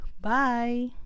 bye